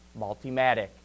Multimatic